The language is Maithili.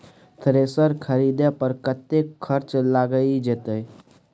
थ्रेसर खरीदे पर कतेक खर्च लाईग जाईत?